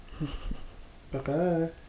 Bye-bye